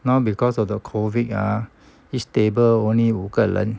now because of the COVID ah each table only 五个人